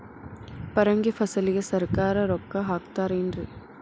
ಪರಂಗಿ ಫಸಲಿಗೆ ಸರಕಾರ ರೊಕ್ಕ ಹಾಕತಾರ ಏನ್ರಿ?